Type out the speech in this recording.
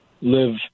live